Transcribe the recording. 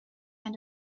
and